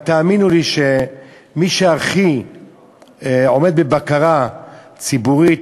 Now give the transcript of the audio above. אבל תאמינו לי שמי שהכי עומד בבקרה ציבורית,